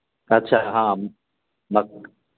अच्छा हॅं मक